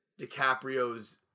DiCaprio's